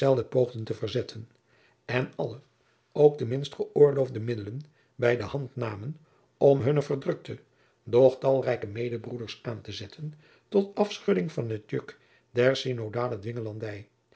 poogden te verzetten en alle ook de minst geöorloofde middelen bij de hand namen om hunne verdrukte doch talrijke medebroeders aan te zetten tot afschudding van het juk der